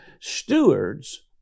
stewards